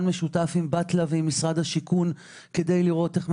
משותף עם בטלה ועם משרד השיכון כדי לראות.